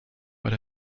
but